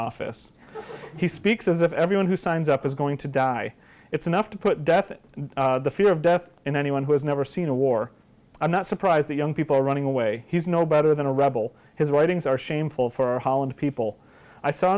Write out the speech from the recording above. office he speaks as if everyone who signs up is going to die it's enough to put death it the fear of death in anyone who has never seen a war i'm not surprised the young people running away he's no better than a rebel his writings are shameful for holland people i saw